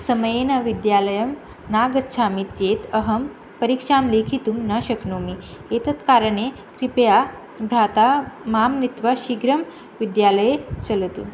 समयेन विद्यालयं नागच्छामि चेत् अहं परीक्षां लेखितुं न शक्नोमि एतत् कारणे कृपया भ्राता मां नीत्वा शीघ्रं विद्यालये चलतु